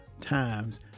times